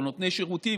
או נותני שירותים,